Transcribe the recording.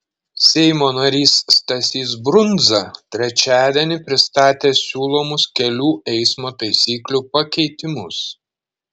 seimo narys stasys brundza trečiadienį pristatė siūlomus kelių eismo taisyklių pakeitimus